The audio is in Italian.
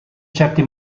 certi